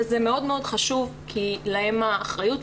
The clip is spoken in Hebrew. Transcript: וזה מאוד חשוב כי להם האחריות.